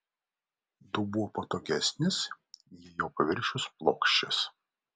dubuo patogesnis jei jo paviršius plokščias